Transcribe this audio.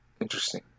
Interesting